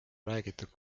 räägitud